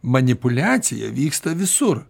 manipuliacija vyksta visur